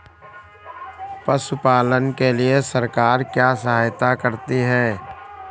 पशु पालन के लिए सरकार क्या सहायता करती है?